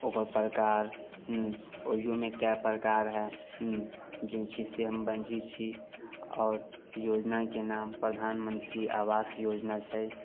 ओकर प्रकार हुँ ओहियोमे कइ प्रकार है हुँ जेहि चीजसँ हम वंचित छी आओर योजनाके नाम प्रधानमन्त्री आवास योजना छै